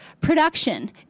production